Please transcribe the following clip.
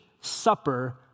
supper